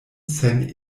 sen